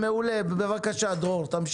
כשיש